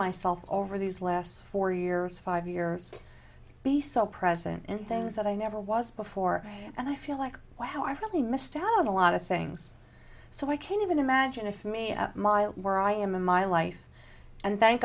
myself over these last four years five years be so present in things that i never was before and i feel like wow i haven't missed out on a lot of things so i can't even imagine a from a mile where i am in my life and thank